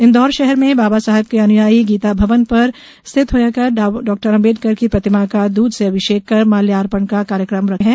इंदौर षहर में बाबा साहेब के अनुयायी गीता भवन पर स्थित डॉ आंबेडकर की प्रतिमा का दूध से अभिषेक कर माल्यापर्ण का कार्यक्रम है